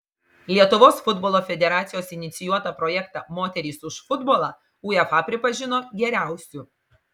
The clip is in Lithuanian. lietuvos futbolo federacijos inicijuotą projektą moterys už futbolą uefa pripažino geriausiu